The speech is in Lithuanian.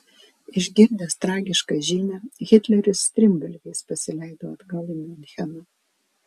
išgirdęs tragišką žinią hitleris strimgalviais pasileido atgal į miuncheną